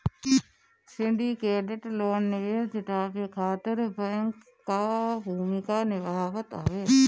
syndicated loan निवेश जुटावे खातिर बैंक कअ भूमिका निभावत हवे